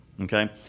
Okay